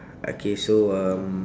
okay so um